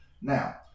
Now